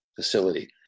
facility